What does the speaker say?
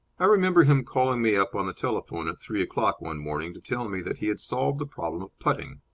i remember him calling me up on the telephone at three o'clock one morning to tell me that he had solved the problem of putting.